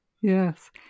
Yes